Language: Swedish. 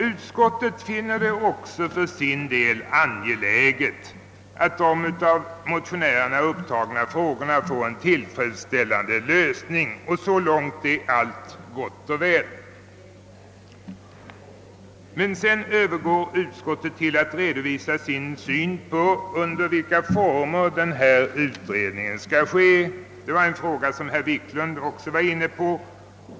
Utskottet finner det för sin del angeläget att de av motionärerna upptagna frågorna får en tillfredsställande lösning. Så långt är allt gott och väl. Sedan övergår utskottet emellertid till att redovisa sin syn på under vilka former denna utredning skall ske. Detta är en fråga som också herr Wiklund i Stockholm var inne på.